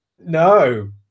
no